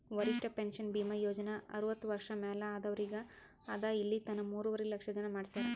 ವರಿಷ್ಠ ಪೆನ್ಷನ್ ಭೀಮಾ ಯೋಜನಾ ಅರ್ವತ್ತ ವರ್ಷ ಮ್ಯಾಲ ಆದವ್ರಿಗ್ ಅದಾ ಇಲಿತನ ಮೂರುವರಿ ಲಕ್ಷ ಜನ ಮಾಡಿಸ್ಯಾರ್